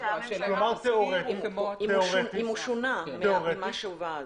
השאלה היא אם הוא שונה ממה שהובא אז.